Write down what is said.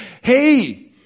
hey